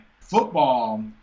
Football